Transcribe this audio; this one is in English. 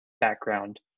background